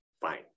fine